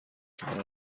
شدن